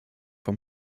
von